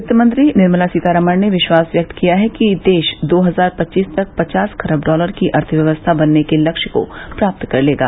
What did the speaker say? वित्तमंत्री निर्मला सीतारामन ने विश्वास व्यक्त किया है कि देश दो हजार पच्चीस तक पचास खरब डॉलर की अर्थव्यवस्था बनने के लक्ष्य को प्राप्त कर लेगा